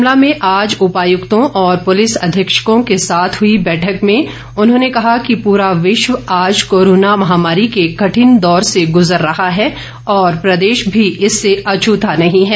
शिमला में आज उपायुक्तों और पुलिस अधीक्षकों के साथ हुई बैठक में उन्होंने कहा कि पूरा विश्व आज कोरोना महामारी के कठिन दौर से गुजर रहा है और प्रदेश भी इससे अछूता नहीं है